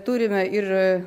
turime ir